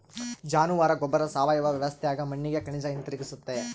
ಜಾನುವಾರ ಗೊಬ್ಬರ ಸಾವಯವ ವ್ಯವಸ್ಥ್ಯಾಗ ಮಣ್ಣಿಗೆ ಖನಿಜ ಹಿಂತಿರುಗಿಸ್ತತೆ